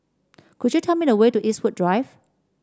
could you tell me the way to Eastwood Drive